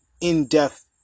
in-depth